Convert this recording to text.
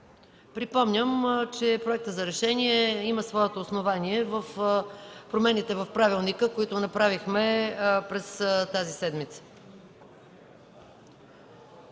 Припомням, че проектът за решение има своето основание в промените в правилника, които направихме през тази седмица.